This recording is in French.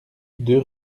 deux